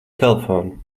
telefonu